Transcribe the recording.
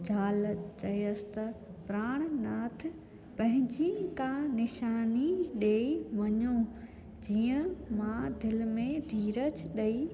ज़ाल चयसि त प्राण नाथ पंहिंजी का निशानी ॾेई वञो जीअं मां दिलि में धीरज ॾेई वक़्तु